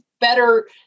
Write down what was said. better